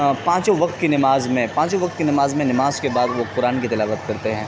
پانچوں وقت کی نماز میں پانچوں وقت کی نماز میں نماز کے بعد وہ قرآن کی تلاوت کرتے ہیں